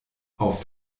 auf